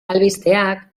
albisteak